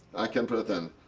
i can pretend.